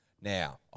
Now